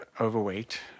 overweight